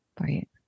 Right